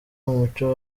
umuco